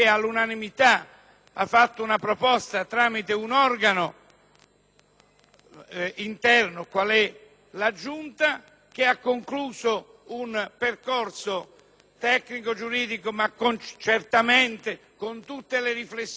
quale è la Giunta, che ha concluso un percorso tecnico-giuridico, certamente con tutte le riflessioni di ordine politico che un organo del genere doveva fare.